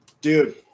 Dude